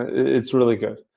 it's really good.